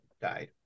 died